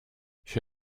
she